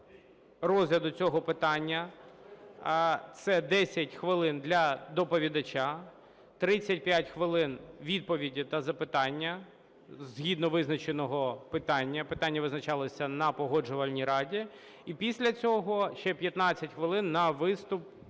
розгляду цього питання – це 10 хвилин для доповідача, 35 хвилин – відповіді та запитання згідно визначеного питання, а питання визначалося на Погоджувальній раді, і після цього ще 15 хвилин – на виступ